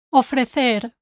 ofrecer